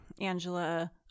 angela